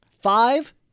Five